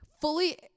fully